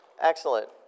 excellent